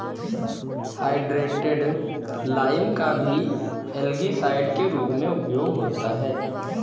hydrated lime का भी algicide के रूप में उपयोग होता है